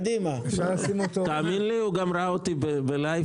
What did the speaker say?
תאמין לי שהוא גם ראה אותי כשנפגשנו.